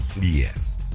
Yes